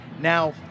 Now